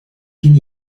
ging